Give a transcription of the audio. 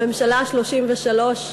הממשלה ה-33,